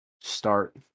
start